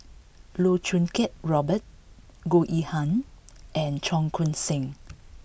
Loh Choo Kiat Robert Goh Yihan and Cheong Koon Seng